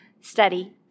study